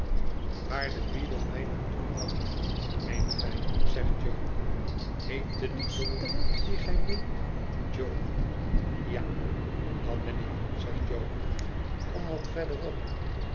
waar de bele mij naar toe bracht meent gij zegt jo heette die jongen dien gij meent jo ja dat ben ik zegt jo kom wat verderop